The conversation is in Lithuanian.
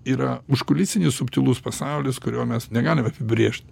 yra užkulisinis subtilus pasaulis kurio mes negalim apibrėžti